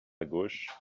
gauche